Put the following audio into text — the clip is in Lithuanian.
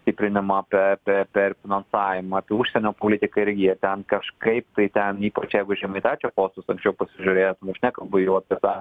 stiprinimą per per per finansavimą apie užsienio politiką irgi jie ten kažkaip tai ten ypač jeigu žemaitaičio postus anksčiau pasižiūrėtum aš nekalbu jau apie tą